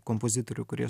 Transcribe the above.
kompozitorių kurie